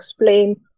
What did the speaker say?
explain